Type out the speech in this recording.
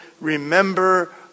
remember